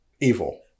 evil